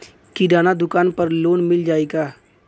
किराना दुकान पर लोन मिल जाई का?